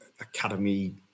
academy